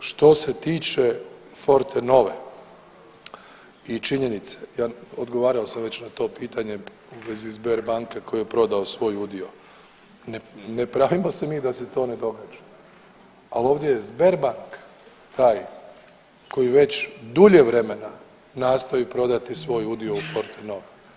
Što se tiče Fortenove i činjenice, ja odgovarao sam već na to pitanje u vezi Sberbanke koji je prodao svoj udio, ne pravimo se mi da se to ne događa, ali ovdje je Sberbank taj koji već dulje vremena nastoji prodati svoj udio u Fortenovi.